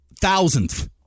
thousandth